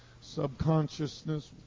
subconsciousness